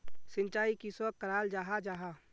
सिंचाई किसोक कराल जाहा जाहा?